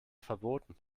verboten